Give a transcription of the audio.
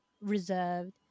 reserved